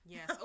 Yes